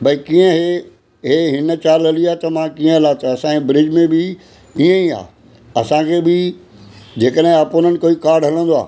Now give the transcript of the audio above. भई कीअं हीउ हीउ हिन चाल हली आहे त मां कीअं हलां चाल असांजे ब्रिज गेम में बि ईअं ई आहे असां खे बि जेकॾहिं आपोनंट कोई कार्ड हलंदो आहे